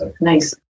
Nice